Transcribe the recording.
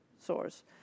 source